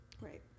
Right